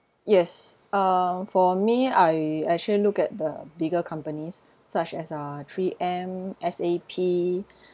yes uh for me I actually look at the bigger companies such as uh three M S_A_P